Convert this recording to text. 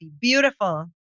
Beautiful